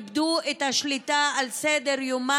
איבדו את השליטה על סדר-יומן